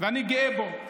ואני גאה בו.